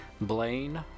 Blaine